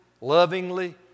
lovingly